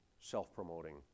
self-promoting